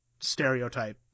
stereotype